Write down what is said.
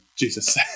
Jesus